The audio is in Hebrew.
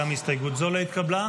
גם הסתייגות זו לא התקבלה.